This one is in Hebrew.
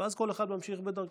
ואז כל אחד ממשיך בדרכו,